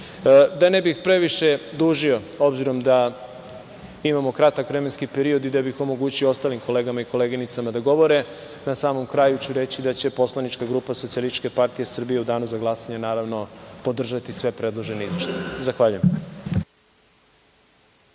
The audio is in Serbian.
ne bih previše dužio s obzirom da imamo kratak vremenski period i da bih omogućio ostalim kolegama i koleginicama da govore, na samom kraju ću reći da će poslanička grupa SPS u danu za glasanje naravno podržati sve predložene izveštaje. Zahvaljujem.